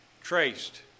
traced